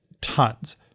tons